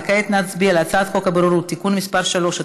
וכעת נצביע על הצעת חוק הבוררות (תיקון מס' 3),